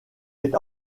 est